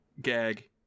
gag